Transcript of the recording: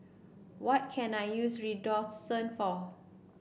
what can I use Redoxon for